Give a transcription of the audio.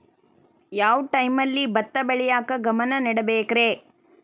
ಯಾವ್ ಟೈಮಲ್ಲಿ ಭತ್ತ ಬೆಳಿಯಾಕ ಗಮನ ನೇಡಬೇಕ್ರೇ?